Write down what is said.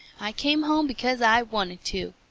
i came home because i wanted to.